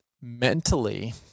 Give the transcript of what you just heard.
mentally